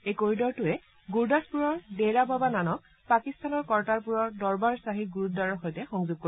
এই কৰিডৰটোৱে গুৰুদাসপুৰৰ ডেৰা বাবা নানক পাকিস্তানৰ কৰ্টাৰপুৰৰ দৰবাৰ চাহিব গুৰুদ্বাৰৰ সৈতে সংযোগ কৰিব